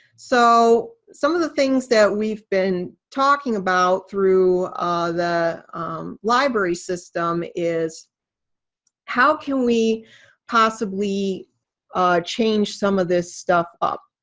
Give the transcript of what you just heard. so some of the things that we've been talking about through the library system is how can we possibly change some of this stuff up?